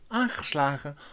Aangeslagen